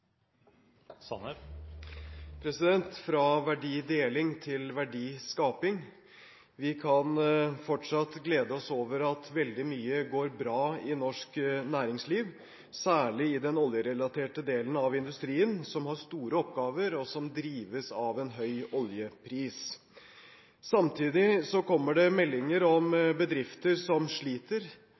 Fra verdideling til verdiskaping: Vi kan fortsatt glede oss over at veldig mye går bra i norsk næringsliv, særlig i den oljerelaterte delen av industrien, som har store oppgaver, og som drives av en høy oljepris. Samtidig kommer det meldinger om bedrifter som sliter,